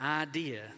idea